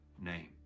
name